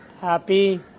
happy